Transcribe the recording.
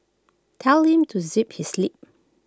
tell him to zip his lip